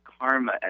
karma